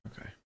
okay